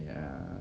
ya